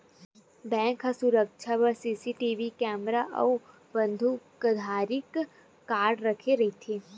bank ह सुरक्छा बर सीसीटीवी केमरा अउ बंदूकधारी गार्ड राखे रहिथे